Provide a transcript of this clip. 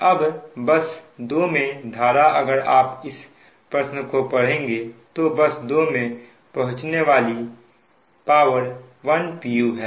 अब बस 2 मे धारा अगर आप इस प्रश्न को पढ़ेंगे तो बस 2 में पहुंचने वाली पावर 1 pu है